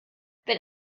wenn